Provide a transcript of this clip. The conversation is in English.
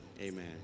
amen